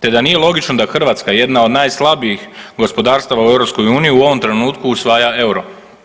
te da nije logično da Hrvatska, jedna od najslabijih gospodarstava u EU u ovom trenutku usvaja euro.